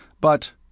But—